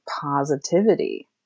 positivity